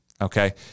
okay